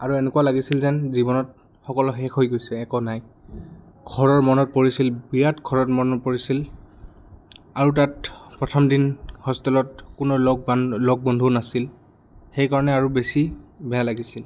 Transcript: আৰু এনেকুৱা লাগিছিল যেন জীৱনত সকলো শেষ হৈ গৈছে একো নাই ঘৰৰ মনত পৰিছিল বিৰাট ঘৰত মনত পৰিছিল আৰু তাত প্ৰথম দিন হোষ্টেলত কোনো লগ বান্ধ লগ বন্ধুও নাছিল সেইকাৰণে আৰু বেছি বেয়া লাগিছিল